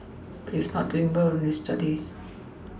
but he's not doing well in his Studies